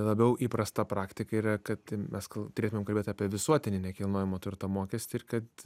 labiau įprasta praktika yra kad mes turėtumėm kalbėt apie visuotinį nekilnojamo turto mokestį ir kad